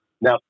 Now